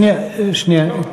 שנייה.